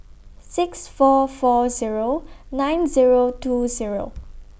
six four four Zero nine Zero two Zero